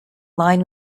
line